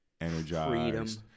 energized